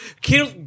Kill